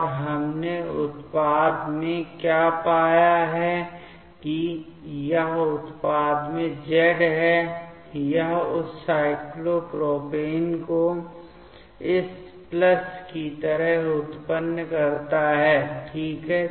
और हमने उत्पाद में क्या पाया कि यह उत्पाद में z है यह उस साइक्लोप्रोपेन को इस प्लस की तरह उत्पन्न करता है ठीक है